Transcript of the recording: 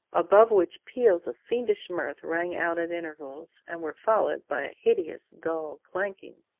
above which peals of fiendish mirth rang out at intervals, and were followed by a hideous dull clanking.